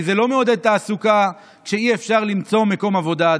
כי זה לא מעודד תעסוקה כשאי-אפשר עדיין למצוא מקום עבודה,